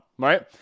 right